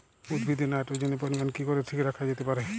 উদ্ভিদে নাইট্রোজেনের পরিমাণ কি করে ঠিক রাখা যেতে পারে?